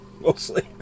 mostly